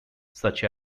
such